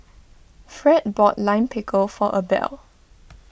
Fred bought Lime Pickle for Abel